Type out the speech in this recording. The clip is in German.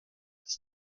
des